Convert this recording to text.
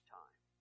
time